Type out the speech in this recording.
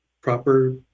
proper